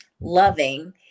loving